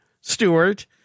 Stewart